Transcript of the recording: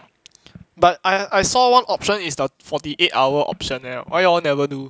but I I saw one option is the forty eight hour option eh why you all never do